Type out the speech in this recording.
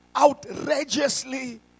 outrageously